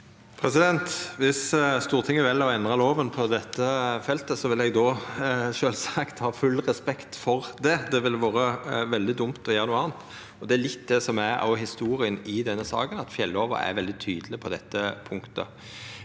Viss Stortinget vel å endra loven på dette feltet, vil eg sjølvsagt ha full respekt for det. Det ville vore veldig dumt å gjera noko anna. Det er litt det som er historia i denne saka, at fjelloven er veldig tydeleg på dette punktet.